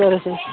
సరే సార్